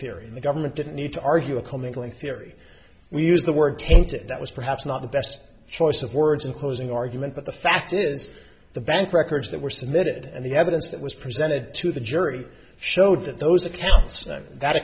theory and the government didn't need to argue a commingling theory we use the word tainted that was perhaps not the best choice of words in closing argument but the fact is the bank records that were submitted and the evidence that was presented to the jury showed that those accounts